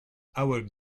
our